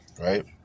right